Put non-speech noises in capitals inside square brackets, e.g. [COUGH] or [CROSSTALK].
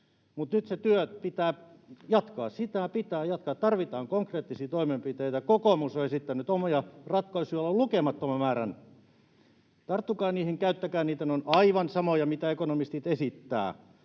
mutta nyt sitä työtä pitää jatkaa. Sitä pitää jatkaa, tarvitaan konkreettisia toimenpiteitä. Kokoomus on esittänyt omia ratkaisujaan lukemattoman määrän. Tarttukaa niihin, käyttäkää niitä. [NOISE] Ne ovat aivan samoja kuin mitä ekonomistit esittävät.